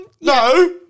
No